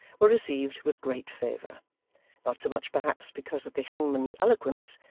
were received with great favour not so much, perhaps, because of the hangman's eloquence,